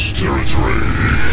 territory